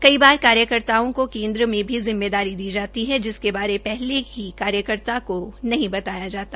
कई बार कार्यकर्ताओं को केन्द्र में भी जिम्मेदारी दी जाती है जिसके बारे पहले ही कार्यकर्ता को नहीं बताया जाता